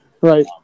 right